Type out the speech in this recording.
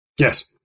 Yes